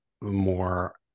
more